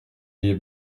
ayez